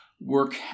work